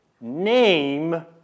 name